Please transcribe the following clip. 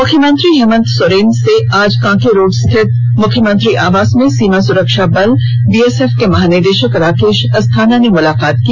मुख्यमंत्री हेमन्त सोरेन से आज कांके रोड रांची स्थित मुख्यमंत्री आवास में सीमा सुरक्षा बल बीएसएफ के महानिदेशक राकेश अस्थाना ने मुलाकात की